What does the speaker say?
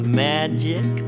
magic